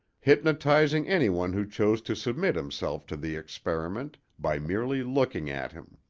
hypnotizing anyone who chose to submit himself to the experiment, by merely looking at him.